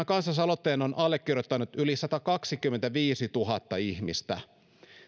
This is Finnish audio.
kansalaisaloitteen on allekirjoittanut yli satakaksikymmentäviisituhatta ihmistä